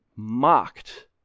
mocked